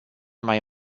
mai